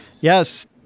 Yes